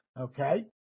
okay